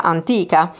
Antica